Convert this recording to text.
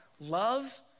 Love